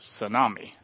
tsunami